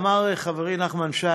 אמר חברי נחמן שי,